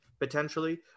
potentially